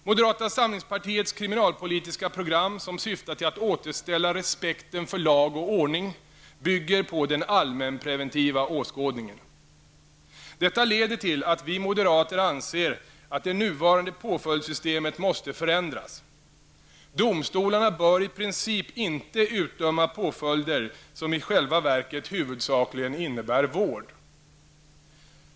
Moderata samlingspartiets kriminalpolitiska program som syftar till att återställa respekten för lag och ordning bygger på den allmänpreventiva åskådningen. Detta leder till att vi moderater anser att det nuvarande påföljdssystemet måste förändras. Domstolarna bör i princip inte utdöma påföljder som i själva verket huvudsakligen innebär vård.